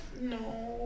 No